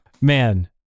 Man